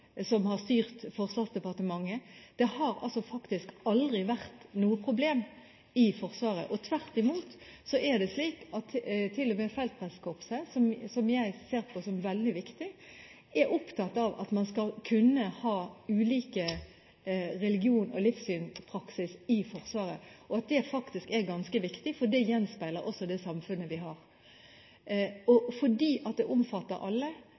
som har styrt Forsvarsdepartementet. Det har faktisk aldri vært noe problem i Forsvaret. Det er tvert imot slik at til og med Feltprestkorpset, som jeg ser på som veldig viktig, er opptatt av at man skal kunne ha ulike religioner og ulik livssynspraksis i Forsvaret, og at det faktisk er ganske viktig, for det gjenspeiler også det samfunnet vi har. Fordi det omfatter alle,